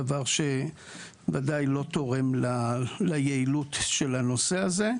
דבר שוודאי לא תורם ליעילות של הנושא הזה.